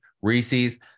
Reese's